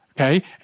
okay